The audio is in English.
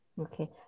okay